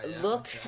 look